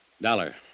Dollar